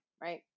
right